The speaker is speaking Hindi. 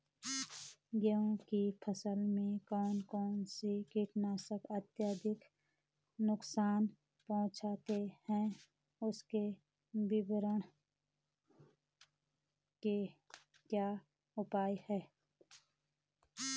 गेहूँ की फसल में कौन कौन से कीट अत्यधिक नुकसान पहुंचाते हैं उसके निवारण के क्या उपाय हैं?